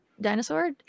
dinosaur